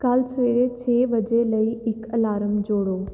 ਕੱਲ੍ਹ ਸਵੇਰੇ ਛੇ ਵਜੇ ਲਈ ਇੱਕ ਅਲਾਰਮ ਜੋੜੋ